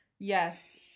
Yes